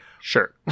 Sure